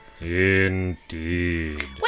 Indeed